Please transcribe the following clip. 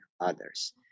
others